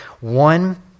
one